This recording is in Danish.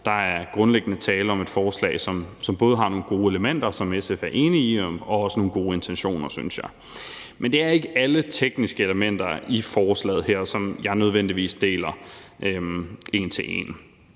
Der er grundlæggende tale om et forslag, som både har nogle gode elementer, som SF er enig i, og også nogle gode intentioner, synes jeg. Men det er ikke alle tekniske elementer i forslaget her, som jeg nødvendigvis er enig i en